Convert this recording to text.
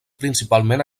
principalment